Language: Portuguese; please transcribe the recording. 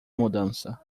mudança